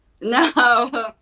No